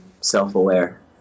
self-aware